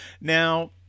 Now